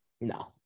no